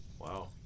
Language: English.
Wow